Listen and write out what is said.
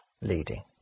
leading